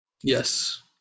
Yes